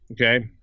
Okay